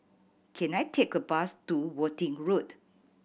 can I take a bus to Worthing Road